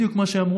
בדיוק מה שאמרו,